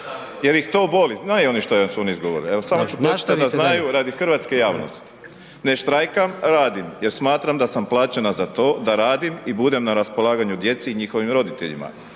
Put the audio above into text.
jer ih to boli, znaju oni što su oni izgovorili. Evo samo ću pročitati da znaju radi hrvatske javnosti. Ne štrajkam radim, jer smatram da sam plaćena za to da radim i budem na raspolaganju djeci i njihovim roditeljima.